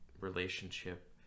relationship